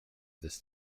this